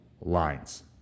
lines